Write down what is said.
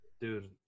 Dude